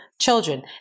children